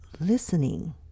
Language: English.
listening